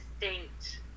distinct